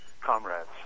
comrades